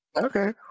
okay